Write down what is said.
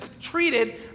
treated